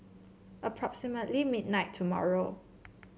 approximately midnight tomorrow